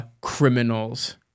criminals